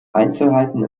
einzelheiten